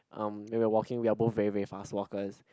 um when we're walking we are both very very fast walkers